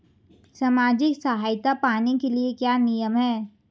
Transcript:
सामाजिक सहायता पाने के लिए क्या नियम हैं?